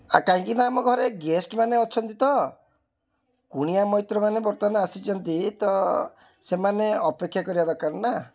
କାହିଁକି ନା ଆମ ଘରେ ଗେଷ୍ଟ ମାନେ ଅଛନ୍ତି ତ କୁଣିଆମୈତ୍ର ମାନେ ବର୍ତ୍ତମାନ ଆସିଛନ୍ତି ତ ସେମାନେ ଅପେକ୍ଷା କରିବା ଦରକାର ନା